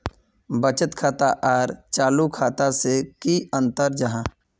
बचत खाता आर चालू खाता से की अंतर जाहा?